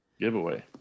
Giveaway